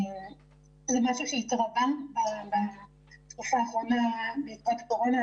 זה משהו שהתרגלנו אליו בתקופה האחרונה בעקבות הקורונה.